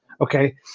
okay